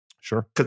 Sure